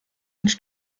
nicht